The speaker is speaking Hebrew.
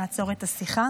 לעצור שנייה את השיחה.